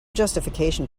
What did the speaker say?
justification